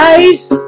ice